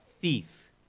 thief